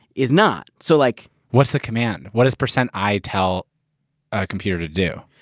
is not. so like what's the command? what does percent i tell a computer to do?